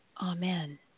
Amen